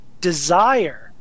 desire